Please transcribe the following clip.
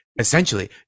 Essentially